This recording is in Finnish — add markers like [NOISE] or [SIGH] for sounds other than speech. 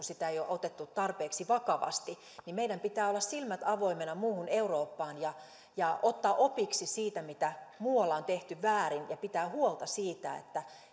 [UNINTELLIGIBLE] sitä ei ole otettu tarpeeksi vakavasti niin meidän pitää olla silmät avoimina muuhun eurooppaan ja ja ottaa opiksi siitä mitä muualla on tehty väärin ja pitää huolta siitä että